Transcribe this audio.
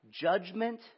judgment